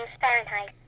Fahrenheit